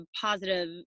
positive